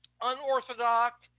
unorthodox